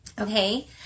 okay